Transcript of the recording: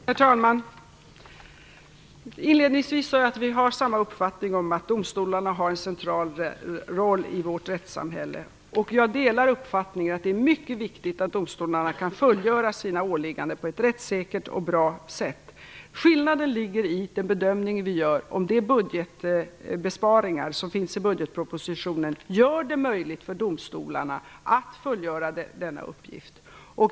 Herr talman! Inledningsvis sade jag att vi har samma uppfattning om att domstolarna har en central roll i vårt rättssamhälle. Jag delar uppfattningen att det är mycket viktigt att domstolarna kan fullgöra sina åligganden på ett rättssäkert och bra sätt. Skillnaden ligger i den bedömning vi gör när det gäller om de besparingar som finns i budgetpropositionen gör det möjligt för domstolarna att fullgöra denna uppgift.